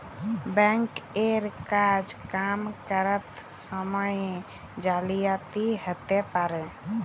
bank এর কাজ কাম ক্যরত সময়ে জালিয়াতি হ্যতে পারে